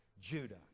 Judah